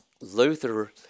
Luther